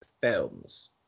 films